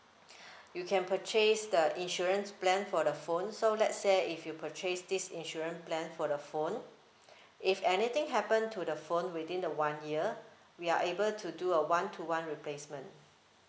you can purchase the insurance plan for the phone so let's say if you purchase this insurance plan for the phone if anything happen to the phone within the one year we are able to do a one to one replacement